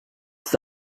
ist